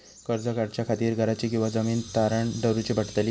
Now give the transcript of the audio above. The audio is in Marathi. कर्ज काढच्या खातीर घराची किंवा जमीन तारण दवरूची पडतली?